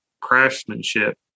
craftsmanship